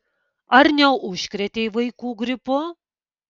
ar neužkrėtei vaikų gripu